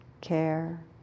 care